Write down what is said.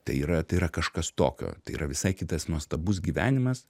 tai yra tai yra kažkas tokio tai yra visai kitas nuostabus gyvenimas